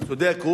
הוא צודק.